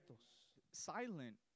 silent